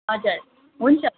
हजुर हुन्छ